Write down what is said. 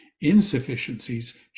insufficiencies